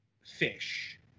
fish